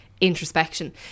Introspection